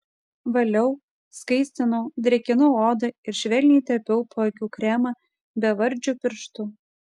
valiau skaistinau drėkinau odą ir švelniai tepiau paakių kremą bevardžiu pirštu